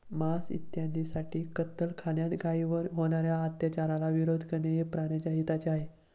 मांस इत्यादींसाठी कत्तलखान्यात गायींवर होणार्या अत्याचाराला विरोध करणे हे प्राण्याच्या हिताचे आहे